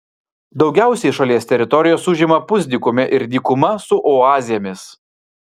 daugiausiai šalies teritorijos užima pusdykumė ir dykuma su oazėmis